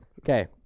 Okay